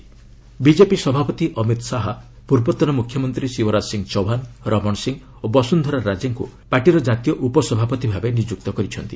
BJP VP BJP ସଭାପତି ଅମିତ ଶାହା ପୂର୍ବତନ ମୁଖ୍ୟମନ୍ତ୍ରୀ ଶିବରାଜ ସିଂ ଚୌହ୍ୱାନ ରମଣ ସିଂ ଓ ବସୁନ୍ଧରା ରାଜେଙ୍କୁ ପାର୍ଟିର ଜାତୀୟ ଉପ ସଭାପତି ଭାବେ ନିଯୁକ୍ତ କରିଛନ୍ତି